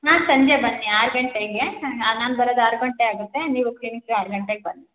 ಹಾಂ ಸಂಜೆ ಬನ್ನಿ ಆರು ಗಂಟೆಗೆ ಹಾಂ ನಾನು ಬರೋದು ಆರು ಗಂಟೆ ಆಗುತ್ತೆ ನೀವು ಕ್ಲಿನಿಕ್ಗೆ ಆರು ಗಂಟೆಗೆ ಬನ್ನಿ